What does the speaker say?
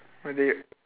what day